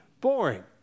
boring